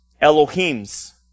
Elohim's